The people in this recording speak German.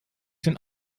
den